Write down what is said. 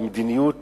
במדיניות